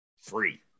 free